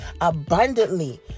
abundantly